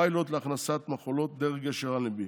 פיילוט להכנסת מכולות דרך גשר אלנבי,